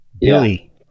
Billy